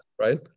right